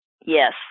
Yes